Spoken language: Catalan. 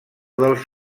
dels